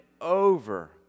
over